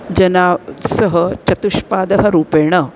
जनाः सह चतुष्पादरूपेण